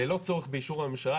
ללא צורך באישור הממשלה,